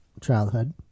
childhood